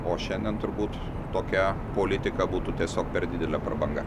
o šiandien turbūt tokia politika būtų tiesiog per didelė prabanga